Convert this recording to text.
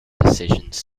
decisions